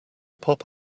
pop